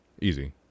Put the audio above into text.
Easy